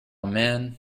man